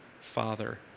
father